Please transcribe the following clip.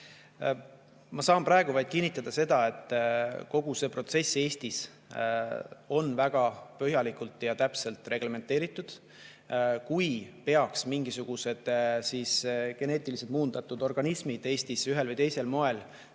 Ma saan praegu vaid kinnitada seda, et kogu see protsess Eestis on väga põhjalikult ja täpselt reglementeeritud. Kui peaks mingisugused geneetiliselt muundatud organismid Eestis ühel või teisel moel